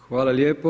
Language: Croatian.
Hvala lijepo.